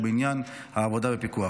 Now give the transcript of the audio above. ובעניין העבודה בפיקוח,